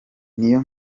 niyo